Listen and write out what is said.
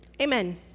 Amen